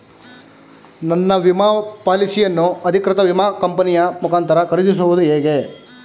ನನ್ನ ವಿಮಾ ಪಾಲಿಸಿಯನ್ನು ಅಧಿಕೃತ ವಿಮಾ ಕಂಪನಿಯ ಮುಖಾಂತರ ಖರೀದಿಸುವುದು ಹೇಗೆ?